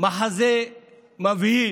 מחזה מבהיל: